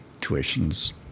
tuition's